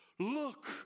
Look